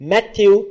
Matthew